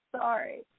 Sorry